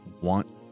want